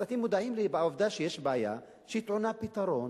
אז אתם מודעים לעובדה שיש בעיה שהיא טעונה פתרון.